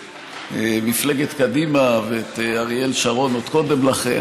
מפלגת קדימה ואת אריאל שרון עוד קודם לכן.